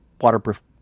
waterproof